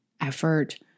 effort